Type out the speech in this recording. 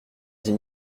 dix